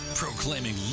Proclaiming